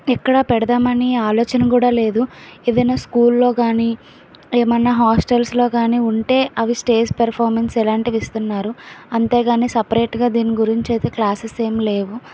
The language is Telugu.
ఎక్కడ పెడదామని ఆలోచన కూడా లేదు ఏదైనా స్కూల్లో కానీ ఏమన్నా హాస్టల్స్లో కానీ ఉంటే అవి స్టేజ్ పర్ఫార్మెన్స్ ఇలాంటివి ఇస్తున్నారు అంతేగాని సపరేట్గా దీని గురించి అయితే క్లాసెస్ ఏమి లేవు